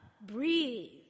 breathe